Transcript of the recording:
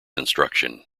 instruction